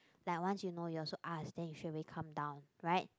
like once you know you also ask then you straight away come down right